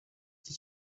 iki